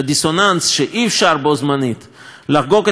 שאי-אפשר בו-בזמן לחגוג את חג החנוכה,